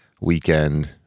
weekend